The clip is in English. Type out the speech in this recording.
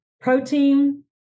protein